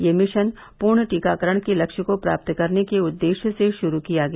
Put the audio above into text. ये मिशन पूर्ण टीकाकरण के लक्ष्य को प्राप्त करने के उद्देश्य से शुरू किया गया